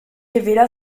révéla